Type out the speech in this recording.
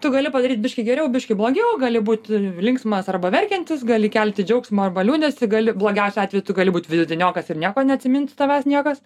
tu gali padaryt biški geriau biški blogiau gali būt linksmas arba verkiantis gali kelti džiaugsmą arba liūdesį gali blogiausiu atveju tu gali būt vidutiniokas ir nieko neatsimins tavęs niekas